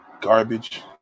garbage